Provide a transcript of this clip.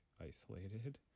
isolated